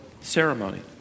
ceremony